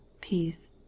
peace